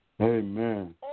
amen